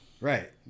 right